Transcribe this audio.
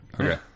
Okay